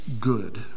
good